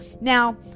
Now